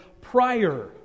prior